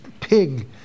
pig